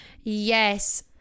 yes